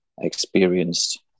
experienced